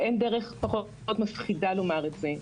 ואין דרך פחות מפחידה לומר את זה,